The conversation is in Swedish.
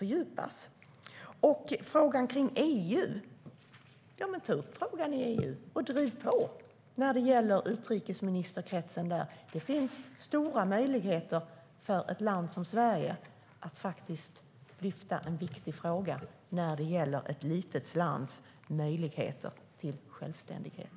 Regeringen bör ta upp frågan i EU och driva på i utrikesministerkretsen. Där finns stora möjligheter för Sverige att lyfta upp en viktig fråga om ett litet lands möjligheter till självständighet.